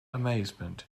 amazement